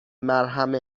مرهم